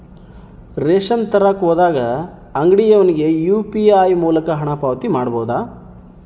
Ration ತರಕ ಹೋದಾಗ ಅಂಗಡಿಯವನಿಗೆ ಯು.ಪಿ.ಐ ಮೂಲಕ ಹಣ ಪಾವತಿ ಮಾಡಬಹುದಾ?